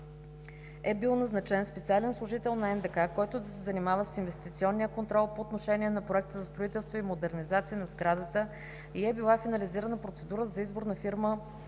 е бил назначен специален служител на НДК, който да се занимава с инвестиционния контрол по отношение на проекта за строителство и модернизация на сградата и е била финализирана процедурата за избор на фирма